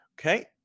Okay